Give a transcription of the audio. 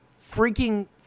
freaking